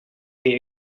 they